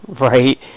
Right